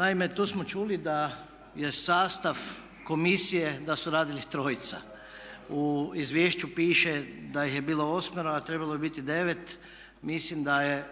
Naime, tu smo čuli da je sastav komisije, da su radili trojica. U izvješću piše da ih je bilo osmero a trebalo je biti devet. Mislim da je